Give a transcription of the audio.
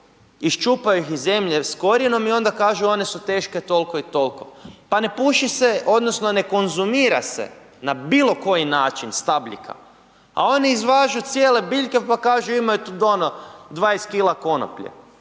iščupa ih iz zemlje s korijenom i onda kažu one su teške tolko i tolko, pa ne puši se, odnosno ne konzumira se na bilo koji način stabljika, a oni izvažu cijele biljke pa kažu imaju …/nerazumljivo/… 20 kila konoplje,